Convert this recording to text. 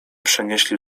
przenieśli